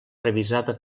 revisada